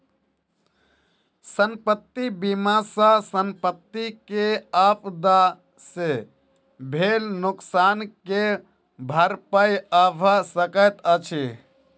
संपत्ति बीमा सॅ संपत्ति के आपदा से भेल नोकसान के भरपाई भअ सकैत अछि